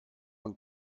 und